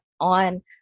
on